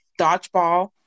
Dodgeball